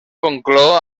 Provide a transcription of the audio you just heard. conclou